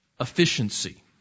efficiency